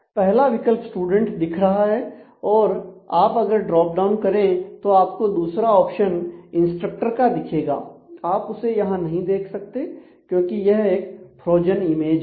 पहला विकल्प स्टूडेंट है